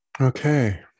Okay